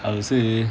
I would say